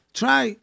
try